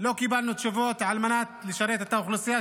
לא קיבלנו תשובות על מנת לשרת את האוכלוסייה